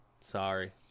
sorry